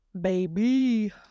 Baby